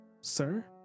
Sir